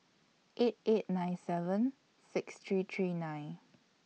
eight eight nine seven six three three nine